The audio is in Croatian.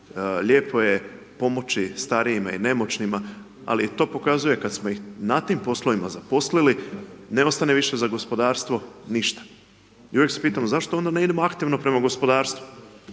lijepo je pomoći starijim i nemoćnima ali to pokazuje kad smo ih na tim poslovima zaposlili, ne ostane više za gospodarstvo ništa. I uvijek se pitamo zašto onda ne idemo aktivno prema gospodarstvu